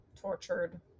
tortured